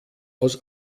aus